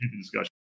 discussion